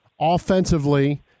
Offensively